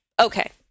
okay